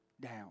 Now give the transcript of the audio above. down